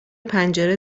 پنجره